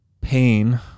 pain